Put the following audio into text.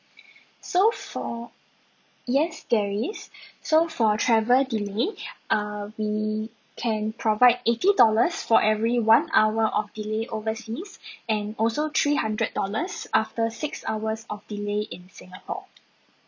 so for yes there is so for travel delay err we can provide eighty dollars for every one hour of delay overseas and also three hundred dollars after six hours of delay in singapore